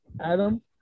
Adam